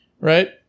Right